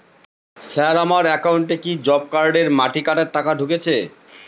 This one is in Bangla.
স্যার আমার একাউন্টে কি জব কার্ডের মাটি কাটার টাকা ঢুকেছে?